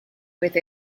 with